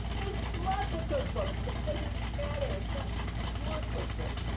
there's lots of cookbooks. it doesn't matter. it's not your cookbook.